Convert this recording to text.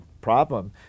problem